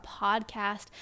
podcast